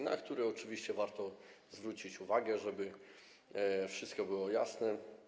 Na nie oczywiście warto zwrócić uwagę, żeby wszystko było jasne.